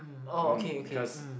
um orh okay okay um